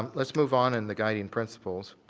um let's move on in the guiding principles.